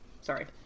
Sorry